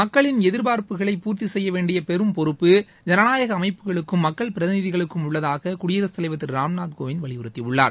மக்களின் எதிர்பார்ப்புகளை பூர்த்தி செய்ய வேண்டிய பெரும் பொறுப்பு ஜனநாயக அமைப்புகளுக்கும் மக்கள் பிரதிநிதிகளுக்கும் உள்ளதாக குடியரசுத் தலைவர் திரு ராம்நாத் கோவிந்த் வலியுறுத்தியுள்ளார்